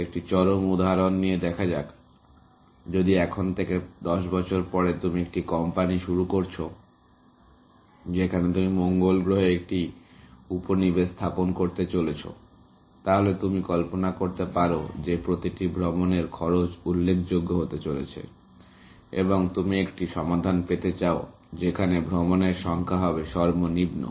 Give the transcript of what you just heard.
একটি চরম উদাহরণ নিয়ে দেখা যাক যদি এখন থেকে 10 বছর পরে তুমি একটি কোম্পানি শুরু করছো যেখানে তুমি মঙ্গল গ্রহে একটি উপনিবেশ স্থাপন করতে চলেছো তাহলে তুমি কল্পনা করতে পারো যে প্রতিটি ভ্রমণের খরচ উল্লেখযোগ্য হতে চলেছে এবং তুমি একটি সমাধান পেতে চাও যেখানে ভ্রমনের সংখ্যা হবে সর্বনিম্ন